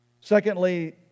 Secondly